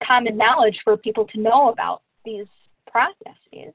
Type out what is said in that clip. common knowledge for people to know about these process